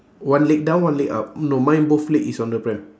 one leg down one leg up no mine both leg is on the pram